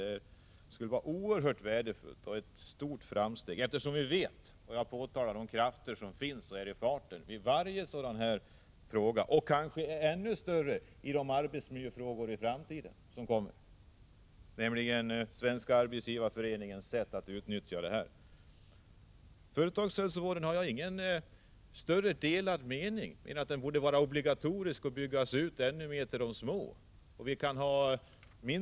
Det skulle vara oerhört bra och det skulle även innebära ett stort framsteg om det förhöll sig så. Vi vet ju vilka krafter som finns i samband med behandlingen av varje fråga av det här slaget, och kanske än mer i samband med behandlingen av de arbetsmiljöfrågor som vi har att vänta i framtiden. Jag vill peka på Svenska arbetsgivareföreningens sätt att dra nytta av situationen. Vad gäller företagshälsovården vill jag säga att våra uppfattningar inte skiljer nämnvärt. Jag menar bara att företagshälsovården borde vara obligatorisk och att den borde byggas ut ännu mera, till förmån för de små.